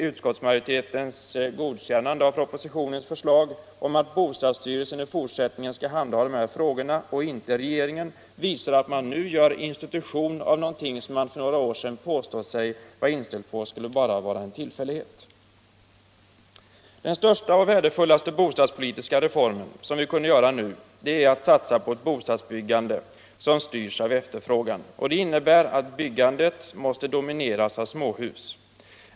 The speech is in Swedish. Utskottsmajoritetens godkännande av propositionens förslag om att bostadsstyrelsen i fortsättningen skall handha dessa frågor och inte regeringen visar dessutom att man nu gör en institution av någonting som man för några år sedan påstod sig betrakta som en tillfällighet. Den största och värdefullaste bostadspolitiska reform som vi i dagens läge skulle kunna åstadkomma är att satsa på ett bostadsbyggande som styrs av efterfrågan. Det innebär att byggandet måste domineras av småhus.